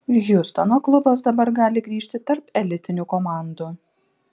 hjustono klubas dabar gali grįžti tarp elitinių komandų